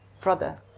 brother